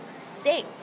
sing